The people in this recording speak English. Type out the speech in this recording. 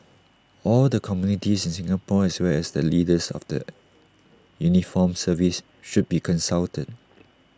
all the communities in Singapore as well as the leaders of the uniformed services should be consulted